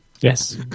Yes